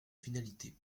finalité